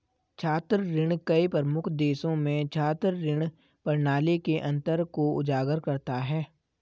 छात्र ऋण कई प्रमुख देशों में छात्र ऋण प्रणाली के अंतर को उजागर करता है